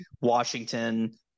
Washington